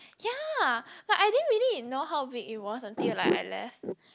ya but I didn't really ignore how big it was until like I left